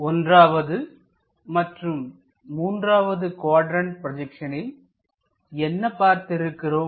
1வது மற்றும் 3 வது குவாட்ரண்ட் ப்ரோஜெக்சனில் என்ன பார்த்திருக்கிறோம்